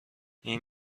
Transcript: این